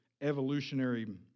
evolutionary